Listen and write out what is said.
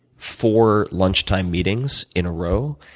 four lunchtime meetings in a row,